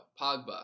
Pogba